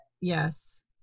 Yes